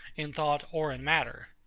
in thought or in matter?